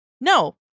no